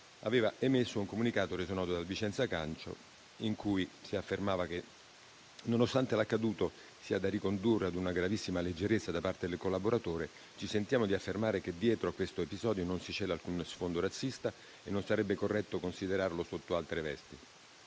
ha emesso un comunicato, reso noto dal Vicenza calcio, in cui si afferma: «Nonostante l'accaduto sia da ricondurre ad una gravissima leggerezza da parte del collaboratore, ci sentiamo di affermare che dietro a questo episodio non si cela alcuno sfondo razzista e non sarebbe corretto considerarlo sotto altra veste,